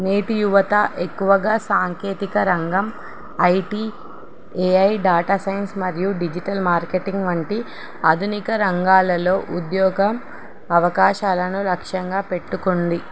నేటి యువత ఎక్కువగా సాంకేతిక రంగం ఐటి ఏఐ డేటా సైన్స్ మరియు డిజిటల్ మార్కెటింగ్ వంటి ఆధునిక రంగాలలో ఉద్యోగం అవకాశాలను లక్ష్యంగా పెట్టుకుంది